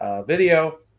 video